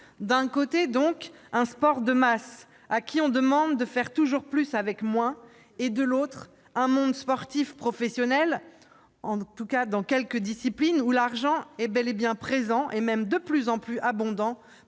d'un côté, un sport de masse à qui l'on demande de faire toujours plus avec moins ; de l'autre, un monde sportif professionnel, en tout cas dans certaines disciplines, où l'argent est bel et bien présent, et même de plus en plus abondant